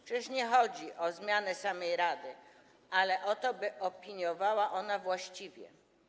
Przecież nie chodzi o zmianę samej rady, ale o to, by opiniowała ona „właściwie”